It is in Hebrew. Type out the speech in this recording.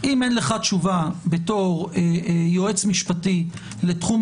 אם אין לך תשובה בתור יועץ משפטי לתחום